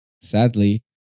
sadly